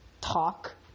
talk